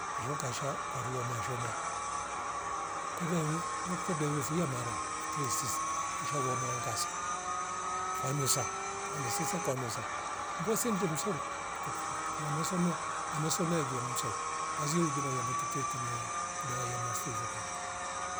Isho kasha kwarua mashoma kwele wiv vukwedeve fuyamara futwe sisa fisha wo mwanagaza fanusa pwamesisa kwanusa mbosi nde msuru funameso na nameso nailia mzo bazi huduma ya vamo vututwe tungoya mda wa yaima fwivo kasha